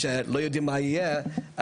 שלום לכולם,